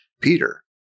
Peter